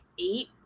eight